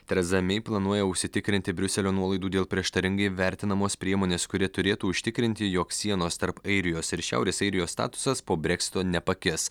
tereza mei planuoja užsitikrinti briuselio nuolaidų dėl prieštaringai vertinamos priemonės kuri turėtų užtikrinti jog sienos tarp airijos ir šiaurės airijos statusas po breksito nepakis